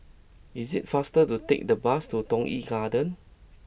is it faster to take the bus to Toh Yi Garden